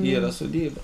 yra sodyba